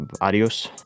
Adios